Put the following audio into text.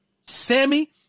Sammy